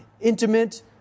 intimate